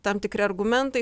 tam tikri argumentai